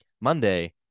Monday